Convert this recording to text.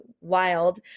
wild